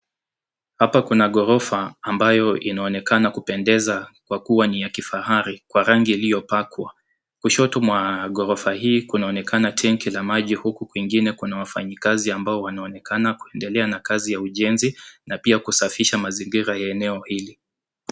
Hapa kuna ghorofa ambayo inaonekana kupendeza kwa kua ni ya kifahari kwa rangi iliyopakwa. Kushoto mwa ghorofa hii kunaonekana tenki ya maji huku kwingine kuna wafanyikazi ambao wanaonekana kuendelea na kazi ya ujenzi na pia kusafisha mazingira ya eneo hili.